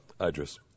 Idris